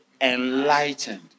Enlightened